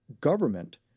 government